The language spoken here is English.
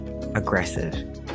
aggressive